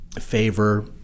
favor